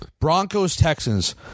Broncos-Texans